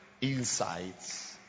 insights